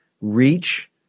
reach